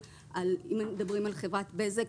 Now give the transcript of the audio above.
אם אנחנו מדברים על חברת בזק,